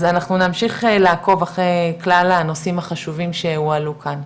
אז אנחנו נמשיך לעקוב אחרי כלל הנושאים החשובים שהועלו כאן.